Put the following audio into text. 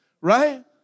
Right